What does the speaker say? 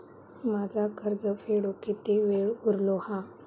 माझा कर्ज फेडुक किती वेळ उरलो हा?